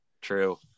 True